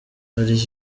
yari